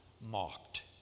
mocked